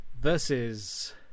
versus